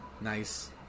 Nice